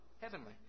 Heavenly